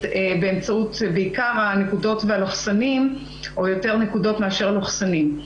בעיקר באמצעות הנקודות והלוכסנים או יותר נקודות מאשר לוכסנים.